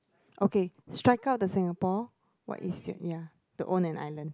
okay strike out the Singapore what is your ya to own an island